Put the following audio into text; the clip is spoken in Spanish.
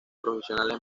profesionales